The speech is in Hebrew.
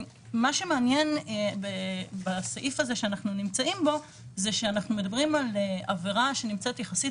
מה שמעניין בסעיף הזה הוא שאנחנו מדברים על עבירה שנמצאת יחסית